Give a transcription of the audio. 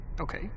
Okay